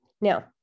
Now